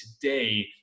today